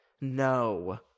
No